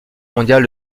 mondial